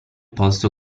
posto